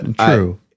True